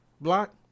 block